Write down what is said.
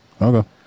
Okay